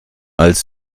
als